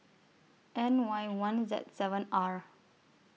N Y one Z seven R